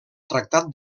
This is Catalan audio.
tractat